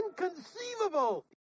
Inconceivable